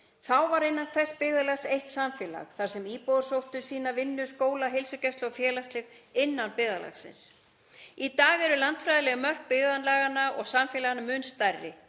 Þá var innan hvers byggðarlags eitt samfélag þar sem íbúar sóttu sína vinnu, skóla, heilsugæslu og félagslíf innan byggðarlagsins. Í dag eru landfræðileg mörk byggðarlaganna og samfélaganna mun stærri,